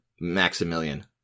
Maximilian